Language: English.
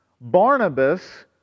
Barnabas